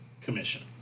Commission